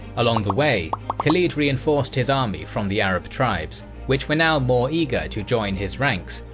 along the way, khalid reinforced his army from the arab tribes, which were now more eager to join his ranks,